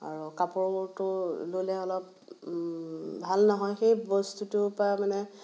আৰু কাপোৰটো ল'লে অলপ ভাল নহয় সেই বস্তুটোৰ পৰা মানে